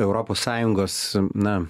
europos sąjungos na